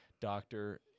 doctor